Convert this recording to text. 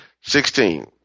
Sixteen